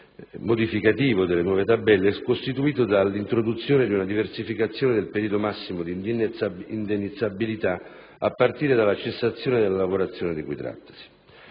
migliorativo delle nuove tabelle è costituito dall'introduzione di una diversificazione del periodo massimo di indennizzabilità, a partire dalla cessazione della lavorazione di cui trattasi.